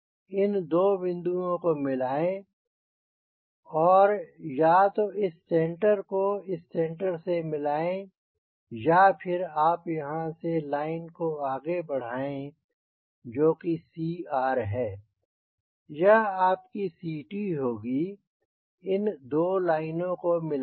इन दो बिंदुओं को मिलाएं और या तो इस सेंटर को इस सेंटर से मिलाएं या फिर आप यहाँ इस लाइन को आगे बढ़ाएं जो कि CR है यह आपकी CT होगी और इन दो लाईनों को मिला दें